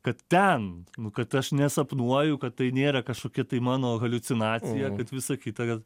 kad ten nu kad aš nesapnuoju kad tai nėra kažkokia tai mano haliucinacija kad visa kita